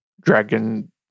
dragon